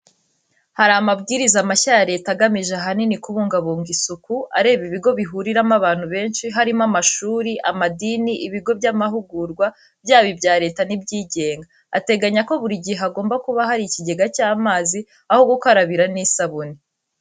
Hari amabwiriza mashya ya leta agamije ahanini kubungabunga isuku, areba ibigo bihuriramo abantu benshi harimo: amashuri, amadini, ibigo by'amahugurwa byaba ibya leta n'ibyigenga, ateganya ko buri gihe hagomba kuba hari ikigega cy'amazi, aho gukarabira n'isabune.